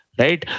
right